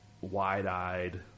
wide-eyed